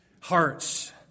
hearts